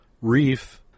Reef